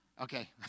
Okay